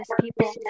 people